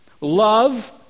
love